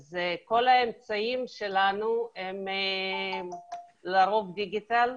אז כל האמצעים שלנו הם לרוב דיגיטל,